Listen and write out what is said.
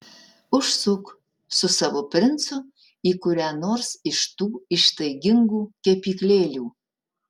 užsuk su savo princu į kurią nors iš tų ištaigingų kepyklėlių